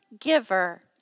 giver